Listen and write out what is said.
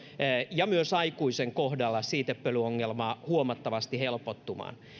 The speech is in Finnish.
ja myös aikuisen kohdalla siitepölyongelmaa huomattavasti helpottumaan